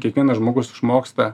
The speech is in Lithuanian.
kiekvienas žmogus išmoksta